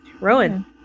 Rowan